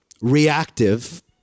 reactive